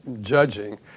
judging